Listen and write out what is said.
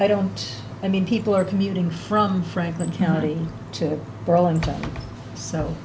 i don't i mean people are commuting from franklin county to burlington so